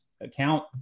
account